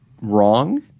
wrong